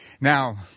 Now